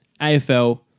AFL